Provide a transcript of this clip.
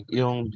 yung